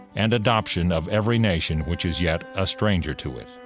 and adoption of every nation which is yet a stranger to it.